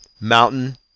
Mountain